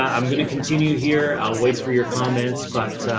i'm going to continue here. i'll wait for your comments, but,